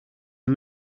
are